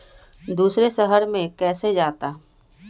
दूसरे शहर मे कैसे जाता?